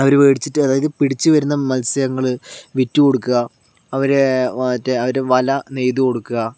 അവര് പിടിച്ചിട്ട് അതായത് പിടിച്ച് വരുന്ന മത്സ്യങ്ങള് വിറ്റ് കൊടുക്കുക അവര് മറ്റേ അവര് വല നെയ്ത് കൊടുക്കുക